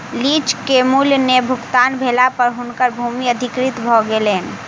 lease के मूल्य नै भुगतान भेला पर हुनकर भूमि अधिकृत भ गेलैन